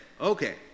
okay